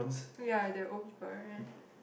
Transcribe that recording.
ya they were old people right